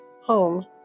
home